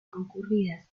concurridas